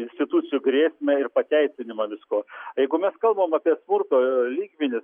institucijų grėsmę ir pateisinimą visko jeigu mes kalbam apie smurto lygmenis